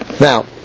Now